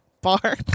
bar